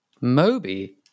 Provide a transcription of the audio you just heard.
Moby